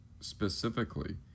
specifically